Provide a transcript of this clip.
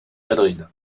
madrid